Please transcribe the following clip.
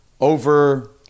over